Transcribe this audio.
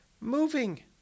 moving